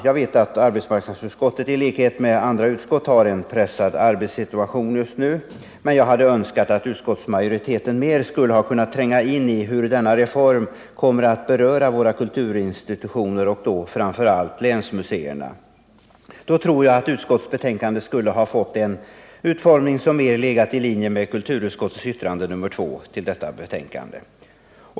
Jag vet att arbetsmarknadsutskottet i likhet med andra utskott har en pressad arbetssituation just nu, men jag hade önskat att utskottsmajoriteten mer hade trängt in i hur denna reform kommer att beröra våra kulturinstitutioner och då framför allt länsmuseerna. Om den hade gjort det, tror jag att betänkandet hade fått en annan utformning och mer legat i linje med kulturutskottets yttrande.